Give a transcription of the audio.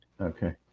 okay